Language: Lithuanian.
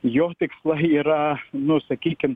jo tikslai yra nu sakykim